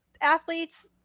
athletes